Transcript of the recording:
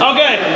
Okay